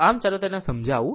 આમ ચાલો તેને સમજાવું